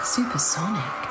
Supersonic